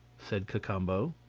said cacambo.